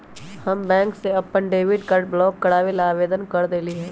हम बैंक में अपन डेबिट कार्ड ब्लॉक करवावे ला आवेदन कर देली है